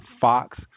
fox